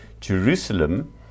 Jerusalem